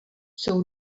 jsou